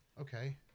Okay